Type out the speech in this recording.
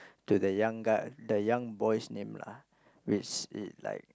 to the young guy the young boy's name lah which it like